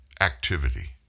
activity